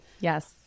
Yes